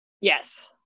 Yes